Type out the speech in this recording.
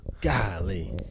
Golly